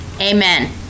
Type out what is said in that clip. Amen